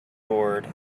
board